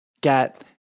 get